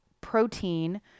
protein